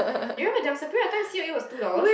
you remember there was a period of time C_O_E was two dollar